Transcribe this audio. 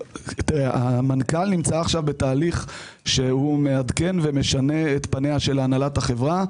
המנכ"ל נמצא עכשיו בתהליך שהוא מעדכן ומשנה את פניה של הנהלת החברה.